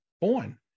born